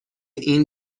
این